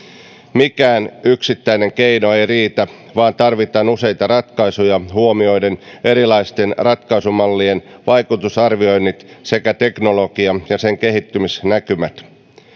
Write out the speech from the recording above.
mikään yksittäinen keino ei riitä vaan tarvitaan useita ratkaisuja huomioiden erilaisten ratkaisumallien vaikutusarvioinnit sekä teknologia ja sen kehittymisnäkymät